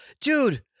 dude